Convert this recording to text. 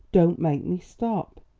don't make me stop.